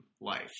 life